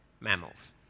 mammals